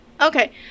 Okay